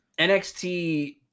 NXT